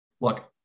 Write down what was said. look